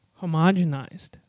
homogenized